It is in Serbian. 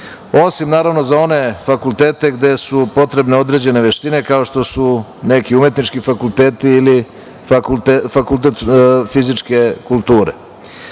osim, naravno, za one fakultete gde su potrebne određene veštine, kao što su neki umetnički fakulteti ili fakultet fizičke kulture. Državna